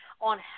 on